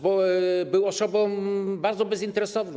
Był osobą bardzo bezinteresowną.